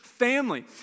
family